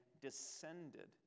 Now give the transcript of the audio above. descended